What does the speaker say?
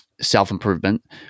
self-improvement